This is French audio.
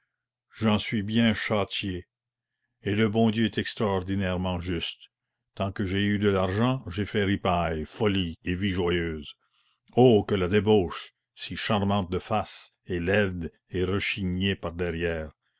j'en suis bien châtié et le bon dieu est extraordinairement juste tant que j'ai eu de l'argent j'ai fait ripaille folie et vie joyeuse oh que la débauche si charmante de face est laide et rechignée par derrière